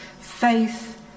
faith